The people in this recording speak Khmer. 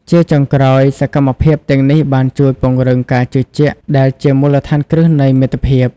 ជាចុងក្រោយ សកម្មភាពទាំងនេះបានជួយពង្រឹងការជឿជាក់ដែលជាមូលដ្ឋានគ្រឹះនៃមិត្តភាព។